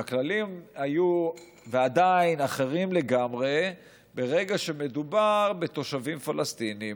והכללים היו ועדיין אחרים לגמרי ברגע שמדובר בתושבים פלסטינים.